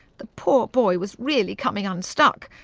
the poor boy was really coming unstuck.